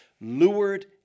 lured